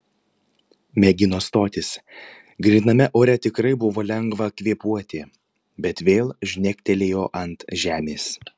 mėgino stotis gryname ore tikrai buvo lengva kvėpuoti bet vėl žnektelėjo ant žemės